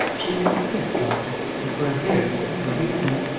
she will forget, doctor, and for a very simple reason.